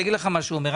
אני אגיד מה הוא אומר.